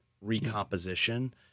recomposition